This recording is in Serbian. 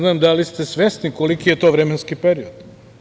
Ne znam da li ste svesni koliki je to vremenski period?